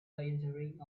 entering